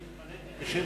אני התמניתי בשם עצמי,